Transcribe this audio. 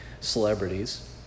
celebrities